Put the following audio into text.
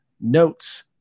notes